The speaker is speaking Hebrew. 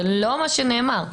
זה לא מה שנאמר.